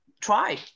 try